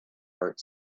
heart